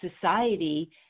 society